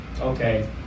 okay